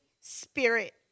Spirit